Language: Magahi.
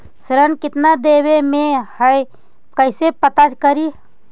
ऋण कितना देवे के है कैसे पता करी?